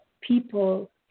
people